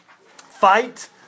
fight